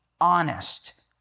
honest